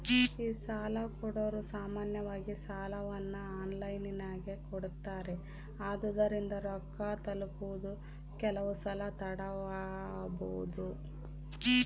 ಈ ಸಾಲಕೊಡೊರು ಸಾಮಾನ್ಯವಾಗಿ ಸಾಲವನ್ನ ಆನ್ಲೈನಿನಗೆ ಕೊಡುತ್ತಾರೆ, ಆದುದರಿಂದ ರೊಕ್ಕ ತಲುಪುವುದು ಕೆಲವುಸಲ ತಡವಾಬೊದು